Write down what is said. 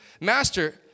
Master